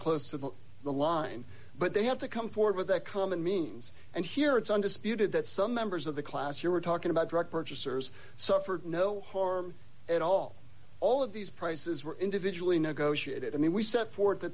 close to the the line but they have to come forward with that common means and here it's undisputed that some members of the class you were talking about direct purchasers suffered no harm at all all of these prices were individually negotiated and then we set forth the